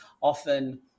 Often